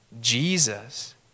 Jesus